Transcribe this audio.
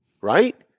right